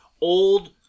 old